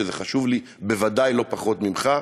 שזה חשוב לי ודאי לא פחות מלך,